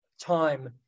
time